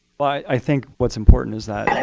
but i think what's important is that,